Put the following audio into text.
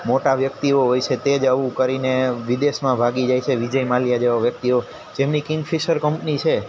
મોટા વ્યક્તિઓ હોય છે તે જ આવું કરીને વિદેશમાં ભાગી જાય છે વિજય માલ્યા જેવા વ્યક્તિઓ જેમની કિંગ ફિશર કંપની છે